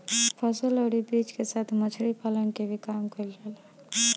फसल अउरी वृक्ष के साथ मछरी पालन के भी काम कईल जाला